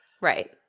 Right